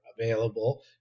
available